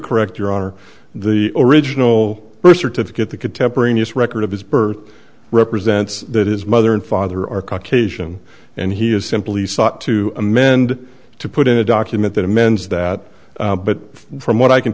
correct your honor the original birth certificate the contemporaneous record of his birth represents that his mother and father are caucasian and he is simply sought to amend to put in a document that amends that but from what i can